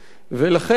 ולכן